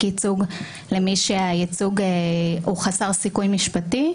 ייצוג למי שהייצוג או חסר סיכוי משפטי,